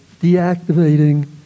deactivating